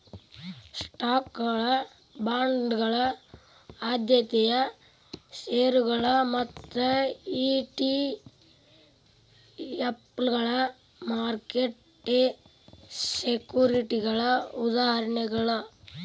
ಸ್ಟಾಕ್ಗಳ ಬಾಂಡ್ಗಳ ಆದ್ಯತೆಯ ಷೇರುಗಳ ಮತ್ತ ಇ.ಟಿ.ಎಫ್ಗಳ ಮಾರುಕಟ್ಟೆ ಸೆಕ್ಯುರಿಟಿಗಳ ಉದಾಹರಣೆಗಳ